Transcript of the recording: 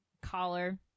Collar